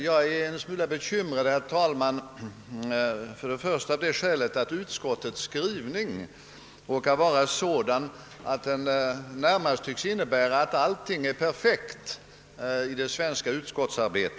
Jag är litet bekymrad, herr talman, av det skälet att utskottets skrivning råkar vara sådan att den närmast tycks innebära att allting är perfekt i det svenska utskottsarbetet.